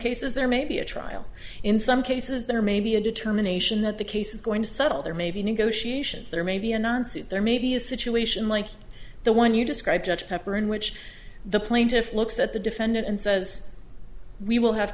cases there may be a trial in some cases there may be a determination that the case is going to settle there may be negotiations there may be a nonsuch there may be a situation like the one you described judge pepper in which the plaintiff looks at the defendant and says we will have